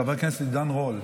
חבר הכנסת עידן רול,